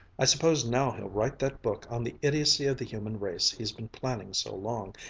i suppose now he'll write that book on the idiocy of the human race he's been planning so long.